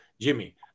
Jimmy